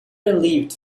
relieved